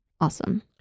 awesome